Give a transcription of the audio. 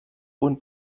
und